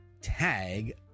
tag